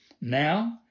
Now